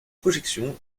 projections